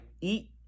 eat